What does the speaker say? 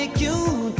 ah you